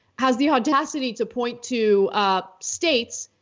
has the audacity to point to states.